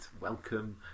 welcome